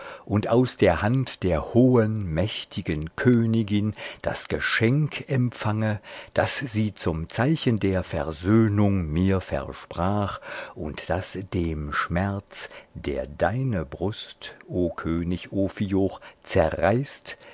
und aus der hand der hohen mächtigen königin das geschenk empfange das sie zum zeichen der versöhnung mir versprach und das dem schmerz der deine brust o könig ophioch zerreißt